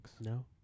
No